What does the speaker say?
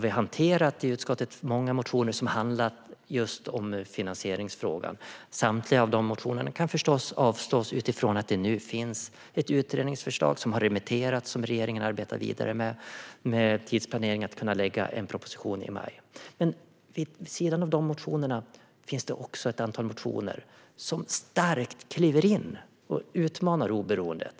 Vi har i utskottet hanterat många motioner som handlat om just finansieringsfrågan. Samtliga dessa motioner kan förstås avslås eftersom det nu finns ett utredningsförslag som har remitterats och som regeringen arbetar vidare med. Planen är att kunna lägga fram en proposition i maj. Men vid sidan av de motionerna finns det också ett antal motioner som starkt utmanar oberoendet.